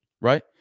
Right